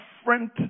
different